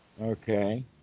Okay